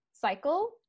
cycle